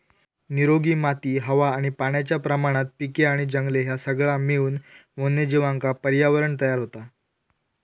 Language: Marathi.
निरोगी माती हवा आणि पाण्याच्या प्रमाणात पिके आणि जंगले ह्या सगळा मिळून वन्यजीवांका पर्यावरणं तयार होता